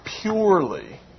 purely